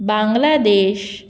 Bangladesh